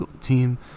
team